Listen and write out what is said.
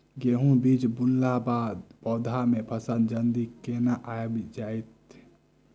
गेंहूँ बीज बुनला बाद पौधा मे फसल जल्दी केना आबि जाइत?